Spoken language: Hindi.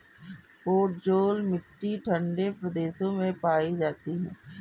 पोडजोल मिट्टी ठंडे प्रदेशों में पाई जाती है